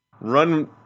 run